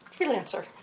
Freelancer